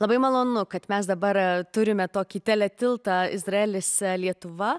labai malonu kad mes dabar turime tokį didelį tiltą izraelis lietuva